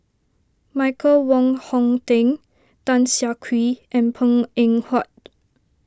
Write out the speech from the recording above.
Michael Wong Hong Teng Tan Siah Kwee and Png Eng Huat